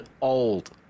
old